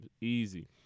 Easy